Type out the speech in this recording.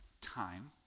time